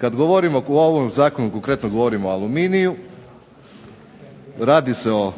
kada govorimo o ovom zakonu, konkretno govorimo o aluminiju, radi se od